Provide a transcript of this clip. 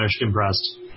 impressed